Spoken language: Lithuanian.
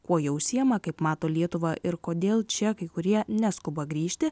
kuo jie užsiima kaip mato lietuvą ir kodėl čia kai kurie neskuba grįžti